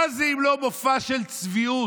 מה זה, אם לא מופע של צביעות?